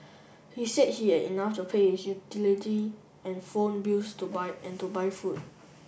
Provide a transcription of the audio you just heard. he said he had enough to pay utility and phone bills to buy and to buy food